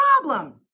problem